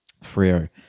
Frio